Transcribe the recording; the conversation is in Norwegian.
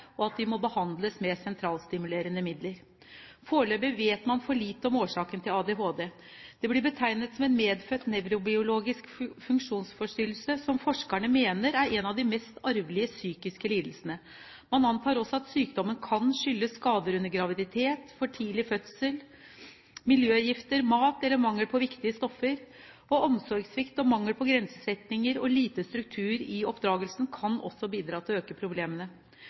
og at de må behandles med sentralstimulerende midler? Foreløpig vet man for lite om årsaken til ADHD. Det blir betegnet som en medfødt nevrobiologisk funksjonsforstyrrelse som forskerne mener er en av de mest arvelige psykiske lidelsene. Man antar også at sykdommen kan skyldes skader under graviditet, for tidlig fødsel, miljøgifter, mat eller mangel på viktige stoffer. Omsorgssvikt, mangel på grensesetting og lite struktur i oppdragelsen kan også bidra til å øke problemene.